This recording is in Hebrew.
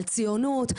על ציונות,